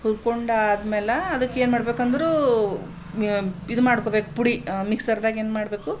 ಹುರ್ಕೊಂಡಾದ್ಮೇಲೆ ಅದಕ್ಕೇನು ಮಾಡ್ಬೇಕಂದರೂ ಇದು ಮಾಡ್ಕೊಬೇಕು ಪುಡಿ ಮಿಕ್ಸರ್ದಾಗ ಏನು ಮಾಡಬೇಕು